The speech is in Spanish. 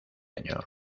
año